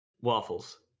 Waffles